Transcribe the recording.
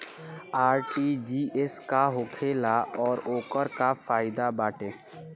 RTGS का होखेला और ओकर का फाइदा बाटे?